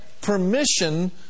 permission